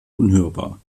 unhörbar